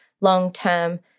long-term